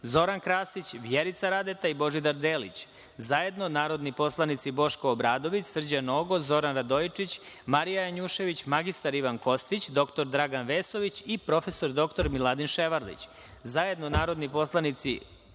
Zoran Krasić, Vjerica Radeta i Božidar Delić, zajedno narodni poslanici Boško Obradović, Srđan Nogo, Zoran Radojičić, Marija Janjušević, mr Ivan Kostić, dr Dragan Vesović i prof. dr Miladin Ševarlić, zajedno narodni poslanici